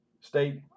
State